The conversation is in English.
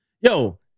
Yo